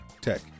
Tech